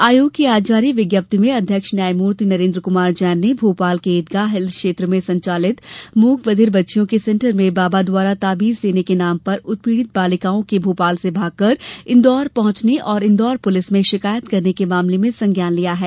आयोग की आज जारी विज्ञप्ति में अध्यक्ष न्यायमूर्ति नरेन्द्र कुमार जैन ने भोपाल के ईदगाह हिल्स क्षेत्र में संचालित मूक बधिर बच्चियों के सेंटर में बाबा द्वारा ताबिज देने के नाम पर उत्पीड़ित बालिकाओं के भोपाल से भागकर इन्दौर पहुंचने और इन्दौर पुलिस में शिकायत करने के मामले में संज्ञान लिया है